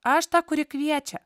aš ta kuri kviečia